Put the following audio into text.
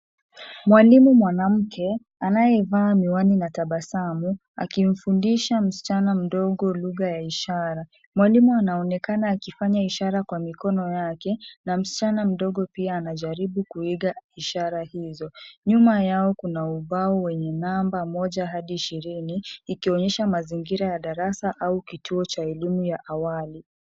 Mwalimu mwanamke anayevaa miwani na tabasamu akimfundisha msichana mdogo lugha ya ishara, mwalimu anaonekana akifanya ishara kwa mikono yake na msichana mdogo pia anajaribu kuiga ishara hizo, nyuma yao kuna ubao wenye namba moja hadi ishirini ikionyesha mazingira ya darasa au kituo cha elimu ya awali.